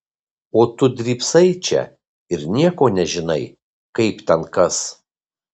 o tu drybsai čia ir nieko nežinai kaip ten kas